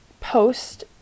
post